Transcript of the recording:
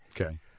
Okay